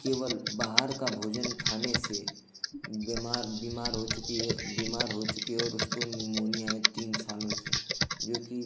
केवल बाहर का भोजन खाने से बीमार बीमार हो चुकी है बीमार हो चुकी है और उसको निमोनिया है तीन सालों से जोकि